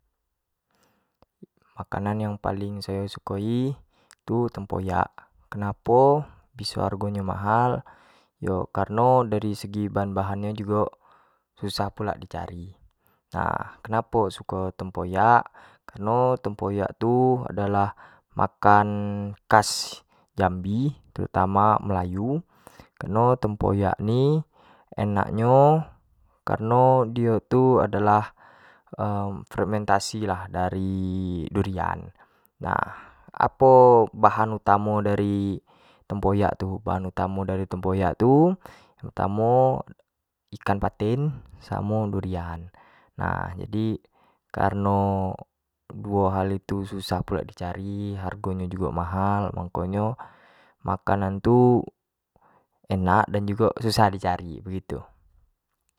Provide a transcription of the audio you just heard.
Makanan yang paling sayo sukoi itu tempoyak, kenapo biso hargo nyo mahal, yo kareno dari segi bahna-bahan nyo jugo susah pulak di cari, nah kenapo suko tempyak, kareno tempoyak tu adalah makan khas jambi, terutama melayu, kareno tempoyak ni, enak nyo kareno dio tu adalah fermentasi lah dari durian, lah apo bahan utamo dari tempoyak tu, nahan utamo dari tempoyak tu, terutamo ikan patin, samo durian, nah jadi kareno duo hal itu susah pula di cari hargo nyo jugo mahal, mako nyo makanan tu enak dan jugo susah di cari begitu.